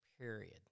period